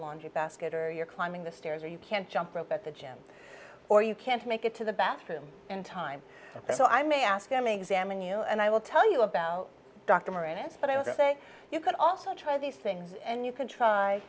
laundry basket or you're climbing the stairs or you can't jump rope at the gym or you can't make it to the bathroom in time so i may ask them to examine you and i will tell you about dr moran but i would say you could also try these things and you can try